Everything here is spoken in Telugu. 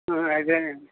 అదేనండి